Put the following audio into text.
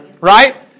right